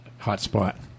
hotspot